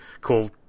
called